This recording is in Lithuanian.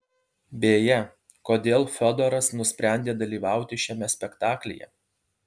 beje kodėl fiodoras nusprendė dalyvauti šiame spektaklyje